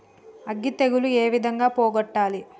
అగ్గి తెగులు ఏ విధంగా పోగొట్టాలి?